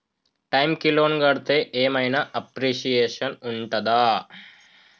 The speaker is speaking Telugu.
టైమ్ కి లోన్ కడ్తే ఏం ఐనా అప్రిషియేషన్ ఉంటదా?